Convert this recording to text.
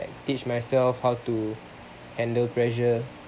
like teach myself how to handle pressure